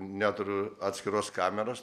neturiu atskiros kameros